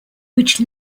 which